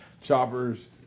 choppers